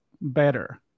better